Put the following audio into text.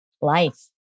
Life